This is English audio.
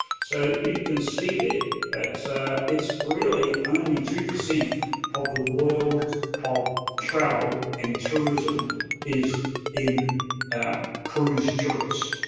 so, you can see there that it's really only two percent of the world of travel and tourism is in cruise tourists.